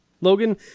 Logan